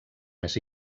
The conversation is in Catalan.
més